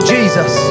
Jesus